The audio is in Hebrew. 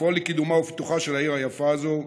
לפעול לקידומה של העיר היפה הזאת.